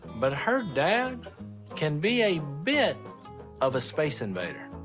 but her dad can be a bit of a space invader.